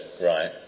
Right